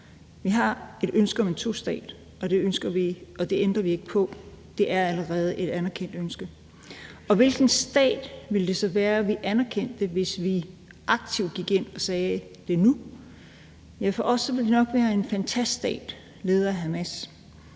Vi har et ønske om en tostatsløsning, og det ændrer vi ikke på. Det er allerede et anerkendt ønske. Og hvilken stat ville det så være, vi anerkendte, hvis vi aktivt gik ind og sagde: Det er nu? Ja, for os ville det nok være en fantaststat ledet af Hamas